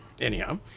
Anyhow